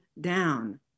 down